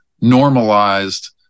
normalized